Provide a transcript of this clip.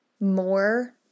more